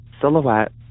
silhouette